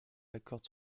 accorde